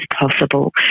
possible